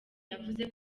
yavuze